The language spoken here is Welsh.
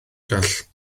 gall